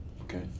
Okay